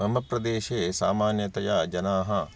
मम प्रदेशे सामान्यतया जनाः